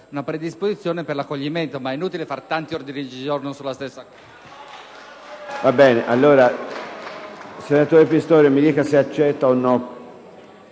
una predisposizione per l'accoglimento. Ma è inutile presentare tanti ordini del giorno sulla stessa